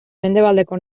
mendebaldeko